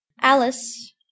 Alice